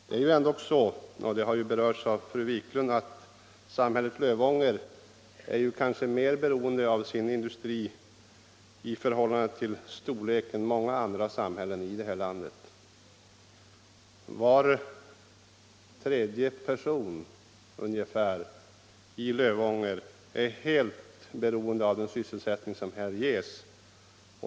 Fru Wiklund har redan berört att samhället Lövånger i förhållande till storleken kanske är mer beroende av sin industri än många andra samhällen här i landet. Ungefär var tredje person i Lövånger är helt beroende av den sysselsättning som här ges.